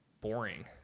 boring